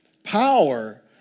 Power